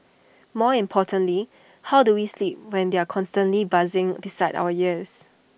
more importantly how do we sleep when they are constantly buzzing beside our ears